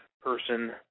person